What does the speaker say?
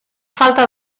falta